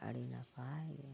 ᱟᱹᱰᱤ ᱱᱟᱯᱟᱭ ᱜᱮ